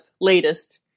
latest